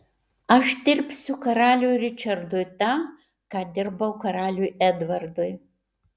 aš dirbsiu karaliui ričardui tą ką dirbau karaliui edvardui